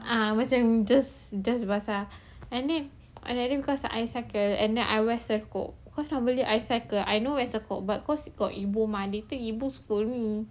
ah macam just just basah and then and then because I cycle and then I wear serkup cause normally I cycle I no wear serkup but cause got ibu mah later ibu scold me